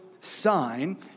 sign